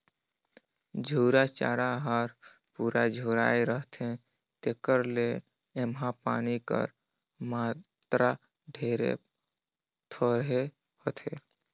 झूरा चारा हर पूरा झुराए रहथे तेकर ले एम्हां पानी कर मातरा ढेरे थोरहें होथे